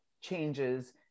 changes